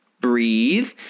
Breathe